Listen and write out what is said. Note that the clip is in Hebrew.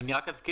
אני רק אזכיר,